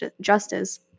justice